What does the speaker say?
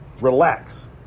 Relax